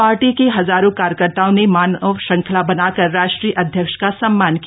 party के हजारों कार्यकर्ताओं ने मानव श्रृंखला बनाकर राष्ट्रीय अध्यक्ष का सम्मान किया